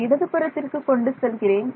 நான் இடது புறத்திற்கு கொண்டு செல்கிறேன்